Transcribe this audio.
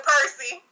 Percy